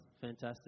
fantastic